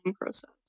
process